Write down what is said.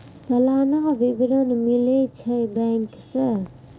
सलाना विवरण मिलै छै बैंक से?